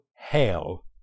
Hail